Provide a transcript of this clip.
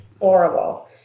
horrible